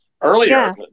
earlier